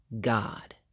God